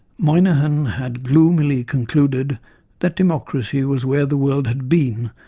moynihan had gloomily concluded that democracy was where the world had been,